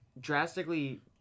drastically